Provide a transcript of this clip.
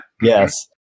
Yes